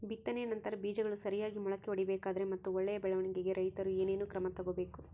ಬಿತ್ತನೆಯ ನಂತರ ಬೇಜಗಳು ಸರಿಯಾಗಿ ಮೊಳಕೆ ಒಡಿಬೇಕಾದರೆ ಮತ್ತು ಒಳ್ಳೆಯ ಬೆಳವಣಿಗೆಗೆ ರೈತರು ಏನೇನು ಕ್ರಮ ತಗೋಬೇಕು?